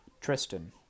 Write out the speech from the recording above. Tristan